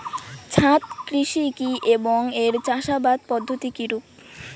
ছাদ কৃষি কী এবং এর চাষাবাদ পদ্ধতি কিরূপ?